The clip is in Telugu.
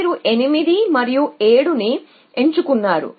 మీరు 8 మరియు 7 ని ఎంచుకున్నారు